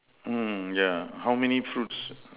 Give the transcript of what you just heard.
mm yeah how many fruits